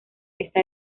está